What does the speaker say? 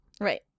Right